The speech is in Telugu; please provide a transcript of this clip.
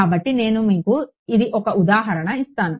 కాబట్టి నేను మీకు ఇది ఒక ఉదాహరణ ఇస్తాను